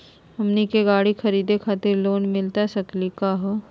हमनी के गाड़ी खरीदै खातिर लोन मिली सकली का हो?